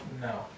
No